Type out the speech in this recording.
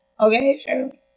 Okay